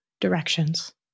directions